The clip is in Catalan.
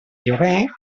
lloguer